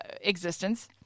existence